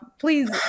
please